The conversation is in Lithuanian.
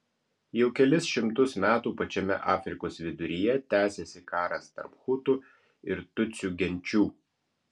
jau kelis šimtus metų pačiame afrikos viduryje tęsiasi karas tarp hutų ir tutsių genčių